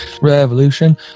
Revolution